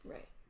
Right